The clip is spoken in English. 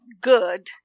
good